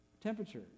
temperature